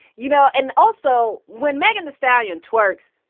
you know, and also when megan the stallion works,